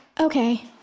Okay